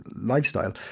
lifestyle